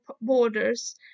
borders